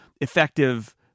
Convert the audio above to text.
effective